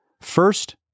First